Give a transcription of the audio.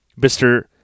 Mr